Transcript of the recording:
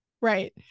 right